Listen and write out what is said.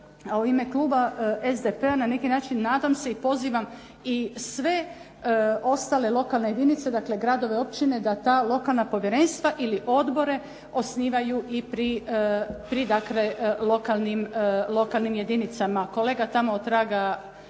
u ime kluba SDP-a na neki način nadam se i pozivam i sve ostale lokalne jedince, dakle i gradove i općine da ta lokalna povjerenstva ili odbore osnivaju i pri lokalnim jedinicama. Kolega tamo otraga